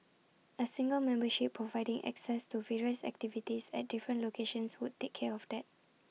A single membership providing access to various activities at different locations would take care of that